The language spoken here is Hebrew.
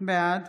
בעד